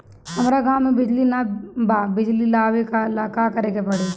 हमरा गॉव बिजली न बा बिजली लाबे ला का करे के पड़ी?